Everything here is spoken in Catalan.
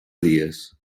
dies